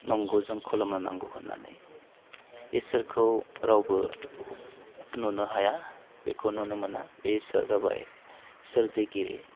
नंगौजों खुलुमनो नांगौ होन्नानै ईसोरखौ रावबो नुनो हाया बेखौ नुनो मोना बे ईसोरा जाबाय सोरजिगिरि